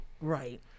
Right